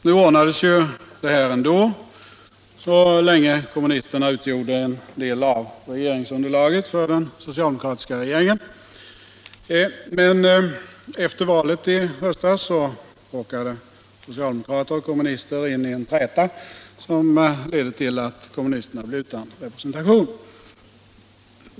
Nu ordnades ju saken ändå så länge kommunisterna utgjorde en del av regeringsunderlaget för den socialdemokratiska regeringen. Men efter valet i höstas råkade socialdemokrater och kommunister in i en träta, som ledde till att kommunisterna blev utan representation.